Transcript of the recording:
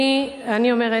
אני אומרת,